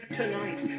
tonight